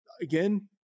again